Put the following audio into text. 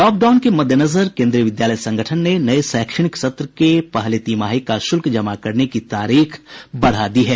lockdown के मद्देनजर केन्द्रीय विद्यालय संगठन ने नये शैक्षणिक सत्र के पहली तिमाही का शुल्क जमा करने की तारीख बढ़ा दी है